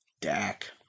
Dak